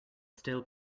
still